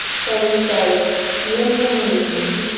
so we say removed,